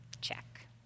check